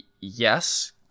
yes